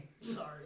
Sorry